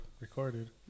recorded